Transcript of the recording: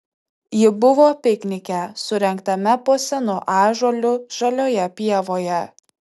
ji buvo piknike surengtame po senu ąžuolu žalioje pievoje